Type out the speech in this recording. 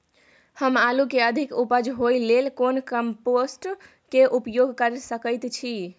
हम आलू के अधिक उपज होय लेल कोन कम्पोस्ट के उपयोग कैर सकेत छी?